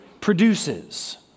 produces